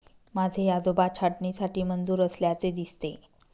माझे आजोबा छाटणीसाठी मजूर असल्याचे दिसते